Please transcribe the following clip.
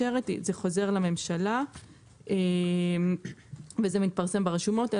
זה חוזר לממשלה ומתפרסם ברשומות,